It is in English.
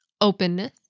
openness